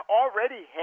already